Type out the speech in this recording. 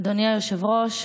אדוני היושב-ראש,